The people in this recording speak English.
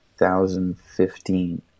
2015